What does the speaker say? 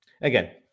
again